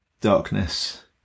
darkness